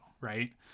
right